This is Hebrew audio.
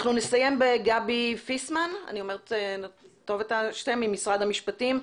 לסיום נשמע את עורכת הדין גבי פיסמן ממשרד המשפטים,